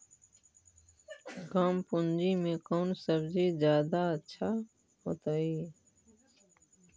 कम पूंजी में कौन सब्ज़ी जादा अच्छा होतई?